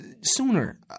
sooner